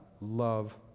love